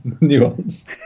Nuance